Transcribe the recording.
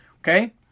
Okay